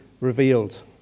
revealed